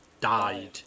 died